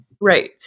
Right